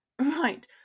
Right